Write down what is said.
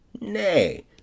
Nay